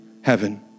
heaven